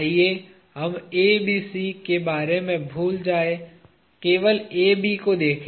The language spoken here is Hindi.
आइए हम ABC के बारे में भूल जाएं केवल AB को देखें